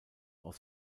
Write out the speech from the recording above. aus